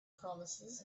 promises